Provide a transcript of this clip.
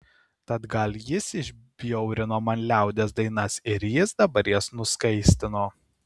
tad gal jis išbjaurino man liaudies dainas ir jis dabar jas nuskaistino